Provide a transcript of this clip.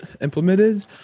implemented